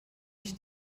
ich